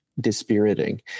dispiriting